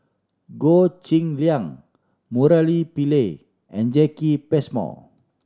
Goh Cheng Liang Murali Pillai and Jacki Passmore